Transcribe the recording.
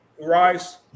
Rice